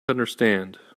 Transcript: understand